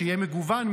שיהיה מגוון,